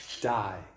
die